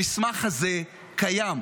המסמך הזה קיים.